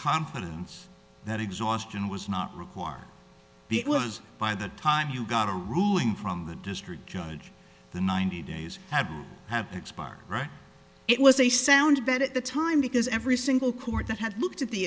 confidence that exhaustion was not required the it was by the time you got a ruling from the district judge the ninety days have expired right it was a sound bet at the time because every single court that had looked at the